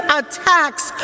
attacks